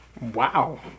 Wow